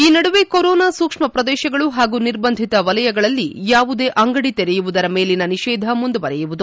ಈ ನಡುವೆ ಕೊರೋನಾ ಸೂಕ್ಷ್ಮ ಪ್ರದೇಶಗಳು ಹಾಗೂ ನಿರ್ಬಂಧಿತ ವಲಯಗಳಲ್ಲಿ ಯಾವುದೇ ಅಂಗಡಿ ತೆರೆಯುವುದರ ಮೇಲಿನ ನಿಷೇಧ ಮುಂದುವರಿಯುವುದು